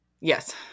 Yes